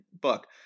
book